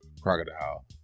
Crocodile